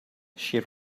she